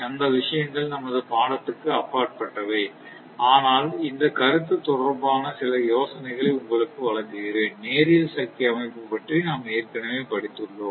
அந்த விஷயங்கள் நமது படத்துக்கு அப்பாற்பட்டவை ஆனால் இந்த கருத்து தொடர்பான சில யோசனைகளை உங்களுக்கு வழங்குகிறேன் நேரியல் சக்தி அமைப்பு பற்றி நாம் ஏற்கனவே படித்த்துள்ளோம்